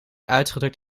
uitgedrukt